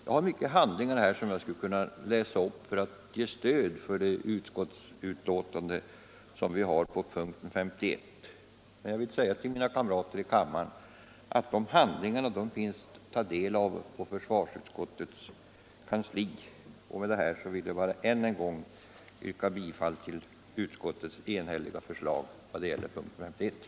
Jag har många handlingar här som jag skulle kunna läsa ur för att ge stöd för utskottets skrivning vid punkten 51, men jag vill säga till mina kamrater i kammaren att de handlingarna finns att ta del av på försvarsutskottets kansli. Med detta, fru talman, vill jag än en gång yrka bifall till utskottets enhälliga förslag vad gäller punkten 51.